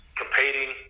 competing